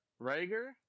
Rager